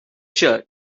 church